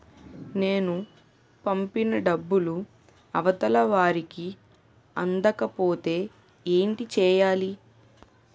నేను పంపిన డబ్బులు అవతల వారికి అందకపోతే ఏంటి చెయ్యాలి?